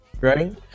right